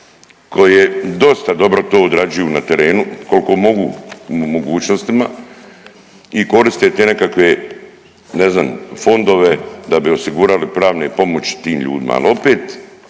koje dosta dobro to odrađuju na terenu kolko mogu u mogućnostima i koriste te nekakve, ne znam, fondove da bi osigurali pravne pomoći tim ljudima.